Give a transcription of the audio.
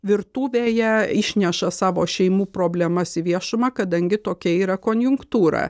virtuvėje išneša savo šeimų problemas į viešumą kadangi tokia yra konjunktūra